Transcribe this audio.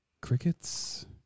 crickets